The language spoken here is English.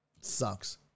Sucks